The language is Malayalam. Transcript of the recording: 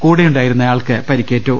കൂടെയുണ്ടായി രുന്നയാൾക്ക് പരിക്കേറ്റു